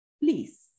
please